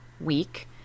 week